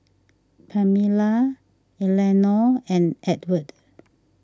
Pamella Elenore and Edward